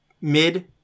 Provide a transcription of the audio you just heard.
mid